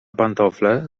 pantofle